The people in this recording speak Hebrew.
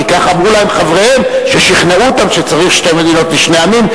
כי ככה אמרו להם חבריהם ששכנעו אותם שצריך שתי מדינות לשני עמים,